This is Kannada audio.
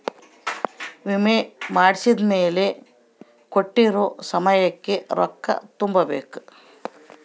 ವಿಮೆ ಮಾಡ್ಸಿದ್ಮೆಲೆ ಕೋಟ್ಟಿರೊ ಸಮಯಕ್ ರೊಕ್ಕ ತುಂಬ ಬೇಕ್